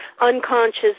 unconscious